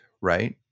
right